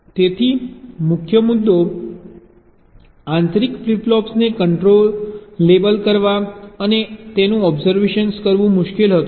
તેથી મુખ્ય મુદ્દો આંતરિક ફ્લિપ ફ્લોપ્સને કન્ટ્રોલેબલ કરવા અને તેનું ઓબ્સર્વ કરવું મુશ્કેલ હતું